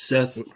Seth